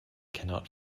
cannot